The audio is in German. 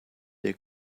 der